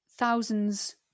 thousands